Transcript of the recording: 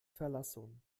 verlassen